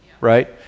right